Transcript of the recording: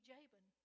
Jabin